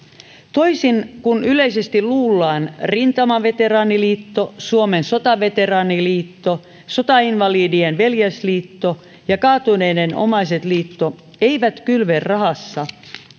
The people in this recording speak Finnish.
toisin kuin yleisesti luullaan rintamaveteraaniliitto suomen sotaveteraaniliitto sotainvalidien veljesliitto ja kaatuneitten omaisten liitto eivät kylve rahassa ja